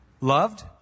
Loved